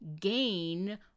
gain